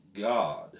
God